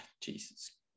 Jesus